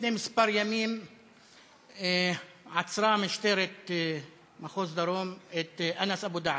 לפני מספר ימים עצרה משטרת מחוז דרום את אנס אבודעבס,